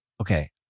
Okay